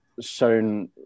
shown